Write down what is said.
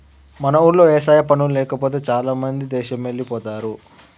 మన ఊర్లో వ్యవసాయ పనులు లేకపోతే చాలామంది దేశమెల్లిపోతారు